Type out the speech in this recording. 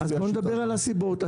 אז בוא נדבר על הסיבות.